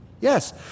Yes